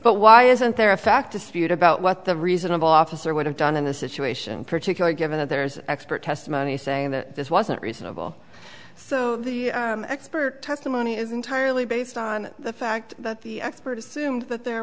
but why isn't there a fact dispute about what the reasonable officer would have done in a situation particularly given that there is an expert testimony saying that this wasn't reasonable so the expert testimony is entirely based on the fact that the expert assumed that there